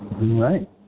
Right